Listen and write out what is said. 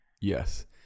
yes